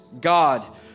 God